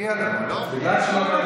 מגיע לה בגלל, שלמה,